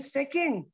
second